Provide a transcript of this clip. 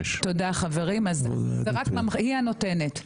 27,676. תודה, חברים, היא הנותנת.